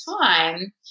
time